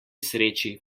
sreči